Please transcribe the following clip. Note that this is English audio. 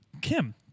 Kim